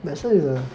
medicine is a